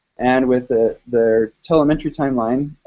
and with ah their telemetry timeline,